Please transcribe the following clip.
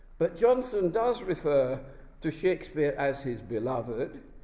but jonson does refer to shakespeare as his beloved,